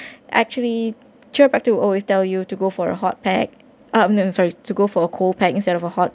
actually chiropractic always tell you to go for a hot pack uh sorry to go for a cold pack instead of a hot